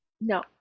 no